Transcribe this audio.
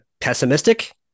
pessimistic